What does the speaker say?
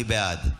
מי בעד?